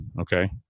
Okay